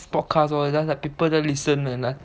podcast lor just like people just listen and like